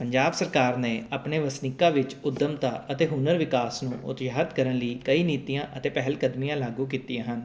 ਪੰਜਾਬ ਸਰਕਾਰ ਨੇ ਆਪਣੇ ਵਸਨੀਕਾਂ ਵਿੱਚ ਉੱਦਮਤਾ ਅਤੇ ਹੁਨਰ ਵਿਕਾਸ ਨੂੰ ਉਤਸਾਹਿਤ ਕਰਨ ਲਈ ਕਈ ਨੀਤੀਆਂ ਅਤੇ ਪਹਿਲਕਦਮੀਆਂ ਲਾਗੂ ਕੀਤੀਆਂ ਹਨ